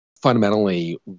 fundamentally